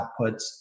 outputs